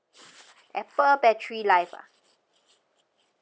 Apple battery life ah